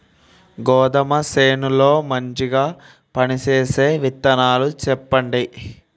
గోధుమ చేను లో మంచిగా పనిచేసే విత్తనం చెప్పండి?